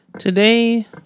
Today